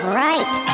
right